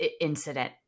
incident